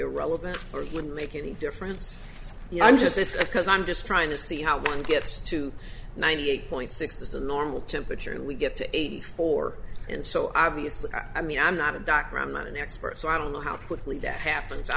irrelevant or wouldn't make any difference you know just as a cause i'm just trying to see how one gets to ninety eight point six this is a normal temperature and we get to eighty four and so obviously i mean i'm not a doctor i'm not an expert so i don't know how quickly that happens i